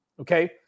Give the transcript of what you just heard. okay